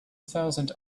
thousand